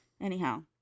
Anyhow